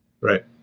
Right